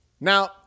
now